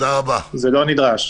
זה לא נדרש.